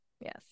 Yes